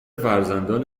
فرزندان